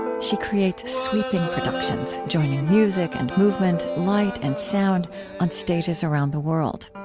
she creates sweeping productions joining music and movement, light and sound on stages around the world.